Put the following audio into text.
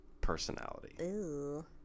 personality